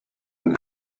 and